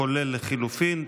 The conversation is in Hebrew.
כולל לחלופין.